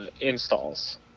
installs